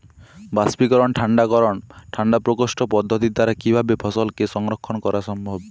বাষ্পীকরন ঠান্ডা করণ ঠান্ডা প্রকোষ্ঠ পদ্ধতির দ্বারা কিভাবে ফসলকে সংরক্ষণ করা সম্ভব?